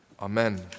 amen